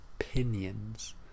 opinions